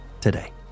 today